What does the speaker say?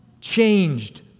changed